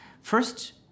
first